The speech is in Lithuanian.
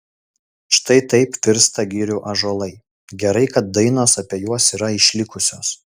štai taip virsta girių ąžuolai gerai kad dainos apie juos yra išlikusios